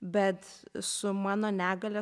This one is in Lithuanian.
bet su mano negalia